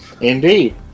indeed